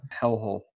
hellhole